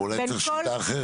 אולי צריך למצוא שיטה אחרת?